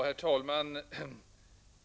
Herr talman!